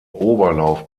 oberlauf